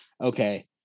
Okay